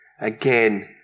Again